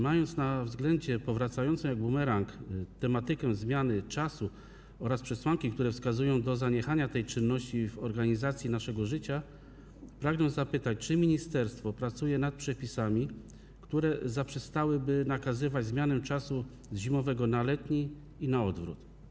Mając na względzie powracającą jak bumerang tematykę zmiany czasu oraz przesłanki, które wskazują na zaniechanie tej czynności w organizacji naszego życia, pragnę zapytać, czy ministerstwo pracuje nad przepisami, które zaprzestałyby nakazywać zmianę czasu z zimowego na letni i na odwrót.